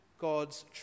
God's